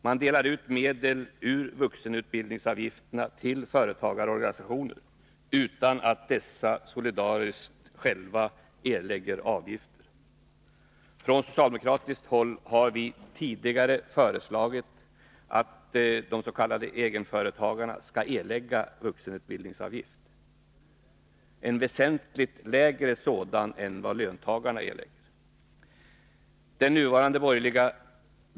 Man delar ut medel ur vuxenutbildningsavgifterna till företagarorganisationer utan att dessa solidariskt själva erlägger avgifter. Från socialdemokratiskt håll har vi tidigare föreslagit att s.k. egenföretagare skall erlägga vuxenutbildningsavgift, en väsentligt lägre sådan än vad löntagarna erlägger.